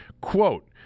quote